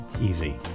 Easy